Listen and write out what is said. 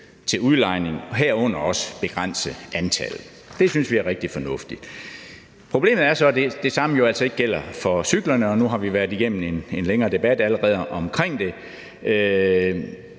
til udlejning, herunder også begrænse antallet. Det synes vi er rigtig fornuftigt. Problemet er så, at det samme så ikke gælder for cyklerne. Nu har vi været igennem en længere debat om det,